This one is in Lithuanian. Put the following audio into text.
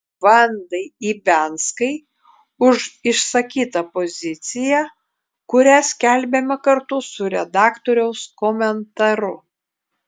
vandai ibianskai už išsakytą poziciją kurią skelbiame kartu su redaktoriaus komentaru